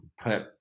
put